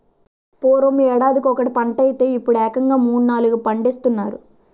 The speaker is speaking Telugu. పూర్వం యేడాదికొకటే పంటైతే యిప్పుడేకంగా మూడూ, నాలుగూ పండిస్తున్నారు